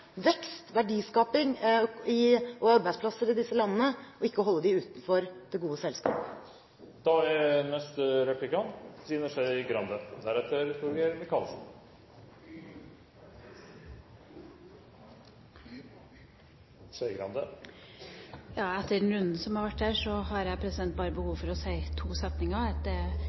vekst, verdiskaping og arbeidsplasser i disse landene og ikke holde dem utenfor det gode selskap. Etter den runden som har vært her, har jeg bare behov for å si to setninger: